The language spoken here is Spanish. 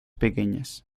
pequeñas